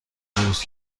درست